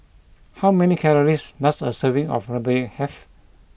how many calories does a serving of Rempeyek have